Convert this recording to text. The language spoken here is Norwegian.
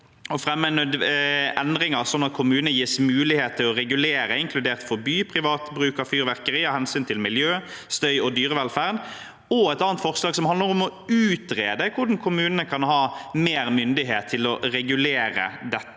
å fremme endringer slik at kommunene gis mulighet til å regulere, inkludert forby, privat bruk av fyrverkeri av hensyn til miljø, støy og dyrevelferd, og det andre handler om å utrede hvordan kommunene kan få mer myndighet til å regulere dette